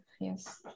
yes